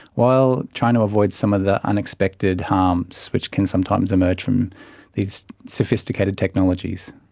while trying to avoid some of the unexpected harms which can sometimes emerge from these sophisticated technologies.